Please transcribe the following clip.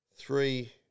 Three